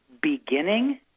beginning